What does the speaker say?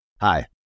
Hi